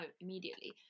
immediately